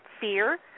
fear